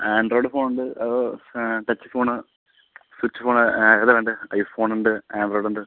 Android ഫോണുണ്ട് അതോ touch phone switch phone ഏതാണ് വേണ്ടത് ഐ ഫോണുണ്ട് ആൻഡ്രോയിഡുണ്ട്